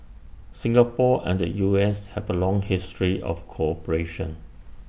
Singapore and the U S have A long history of cooperation